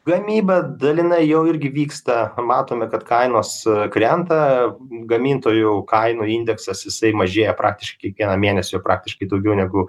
gamyba dalinai jau irgi vyksta matome kad kainos krenta gamintojų kainų indeksas jisai mažėja praktiškai kieikvieną mėnesį jau praktiškai daugiau negu